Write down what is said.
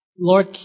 Lord